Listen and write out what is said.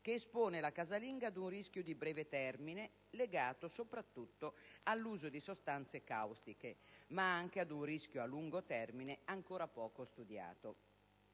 che espone la casalinga ad un rischio di breve termine, legato soprattutto all'uso di sostanze caustiche, ma anche ad un rischio a lungo termine ancora poco studiato.